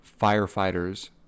firefighters